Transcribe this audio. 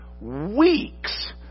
weeks